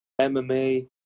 MMA